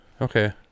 Okay